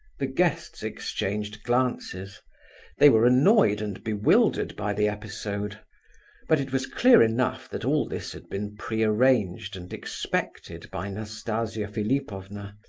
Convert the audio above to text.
the guests exchanged glances they were annoyed and bewildered by the episode but it was clear enough that all this had been pre-arranged and expected by nastasia philipovna,